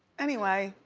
anyway.